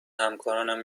همکارانم